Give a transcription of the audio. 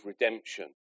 redemption